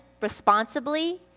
responsibly